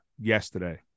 yesterday